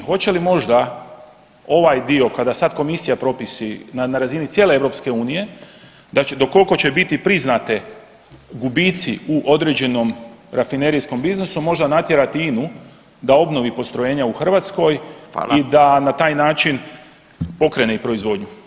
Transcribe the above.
Hoće li možda ovaj dio kada sad Komisija propiše na razini cijele EU do koliko će biti priznati bubici u određenom rafinerijskom biznisu, možda natjerati INA-u da obnovi postrojenja u Hrvatskoj i da na taj način pokrene i proizvodnju.